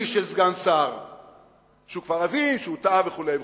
ולא איזה מעשה טיפשי של סגן שר שהוא כבר הבין שהוא טעה וכו'.